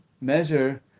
measure